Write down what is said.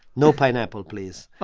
no pineapple, please